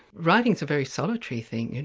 writing's a very solitary thing,